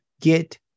get